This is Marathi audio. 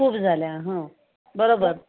खूप झाल्या हो बरोबर